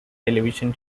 television